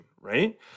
right